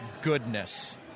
goodness